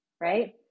right